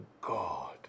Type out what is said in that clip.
God